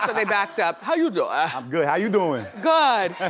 ah they backed up. how you doin'? i'm good, how you doin'? good.